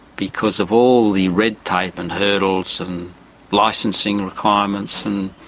because of all the red tape and hurdles and licensing requirements. and,